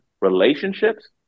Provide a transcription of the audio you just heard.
relationships